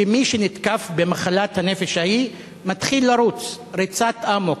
שמי שנתקף במחלת הנפש ההיא מתחיל לרוץ ריצת אמוק.